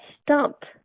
stumped